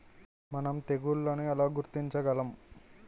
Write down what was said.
మనం తెగుళ్లను ఎలా గుర్తించగలం?